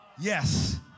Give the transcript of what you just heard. yes